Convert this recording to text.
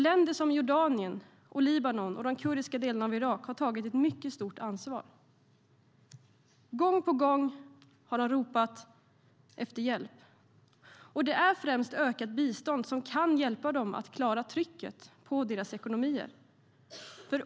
Länder som Jordanien, Libanon och de kurdiska delarna av Irak har tagit ett mycket stort ansvar. Gång på gång har de ropat efter hjälp, och det är främst ökat bistånd som kan hjälpa dem att klara trycket på deras ekonomier.